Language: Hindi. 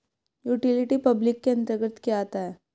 यूटिलिटी पब्लिक के अंतर्गत क्या आता है?